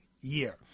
Year